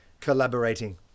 collaborating